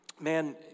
man